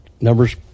numbers